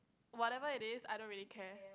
whatever it is I don't really care